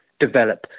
develop